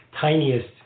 tiniest